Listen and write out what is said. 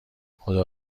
خدا